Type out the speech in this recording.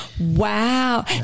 Wow